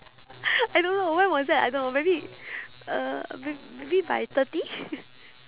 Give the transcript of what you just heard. I don't know when was that I don't know maybe uh m~ maybe by thirty